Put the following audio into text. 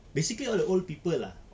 basically all the old people ah